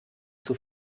zur